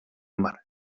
mar